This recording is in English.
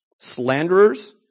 slanderers